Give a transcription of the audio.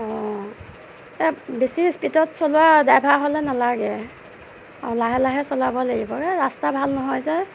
অঁ এই বেছি স্পিডত চলোৱা ড্ৰাইভাৰ হ'লে নালাগে অঁ লাহে লাহে চলাব লাগিব এই ৰাস্তা ভাল নহয় যে